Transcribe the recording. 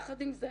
יחד עם זאת